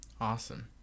Awesome